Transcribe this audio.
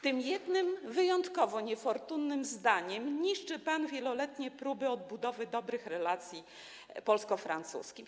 Tym jednym wyjątkowo niefortunnym zdaniem niszczy pan wieloletnie próby odbudowy dobrych relacji polsko-francuskich.